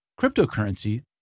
cryptocurrency